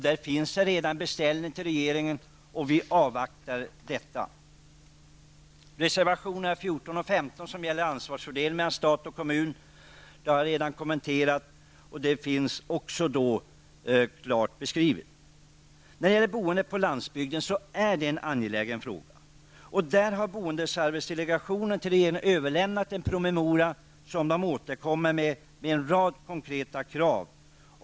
Det finns redan en beställning till regeringen, och vi avvaktar detta. Reservationerna nr 14 och 15 gäller ansvarsfördelningen mellan stat och kommun. Det har jag redan kommenterat, och det finns också klart beskrivet. Att stimulera boendet på landsbygden är en angelägen fråga. Boendeservicedelegationen har till regeringen överlämnat en promemoria, som den återkommer med, med en rad konkreta krav.